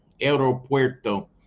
Aeropuerto